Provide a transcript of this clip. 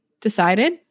decided